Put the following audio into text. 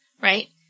right